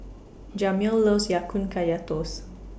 Jamil loves Ya Kun Kaya Toast